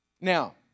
Now